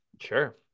Sure